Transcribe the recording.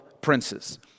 princes